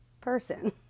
person